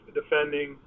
defending